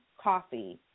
coffee